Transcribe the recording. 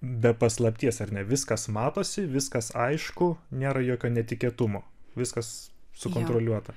be paslapties ar ne viskas matosi viskas aišku nėra jokio netikėtumo viskas sukontroliuota